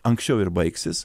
anksčiau ir baigsis